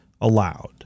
allowed